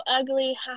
ugly